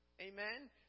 Amen